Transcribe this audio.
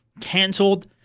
canceled